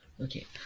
Okay